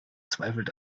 zweifelt